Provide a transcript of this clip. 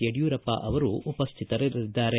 ಯಡಿಯೂರಪ್ಪ ಅವರು ಉಪಸ್ಥಿತರಿರಲಿದ್ದಾರೆ